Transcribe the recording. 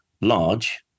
large